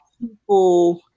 people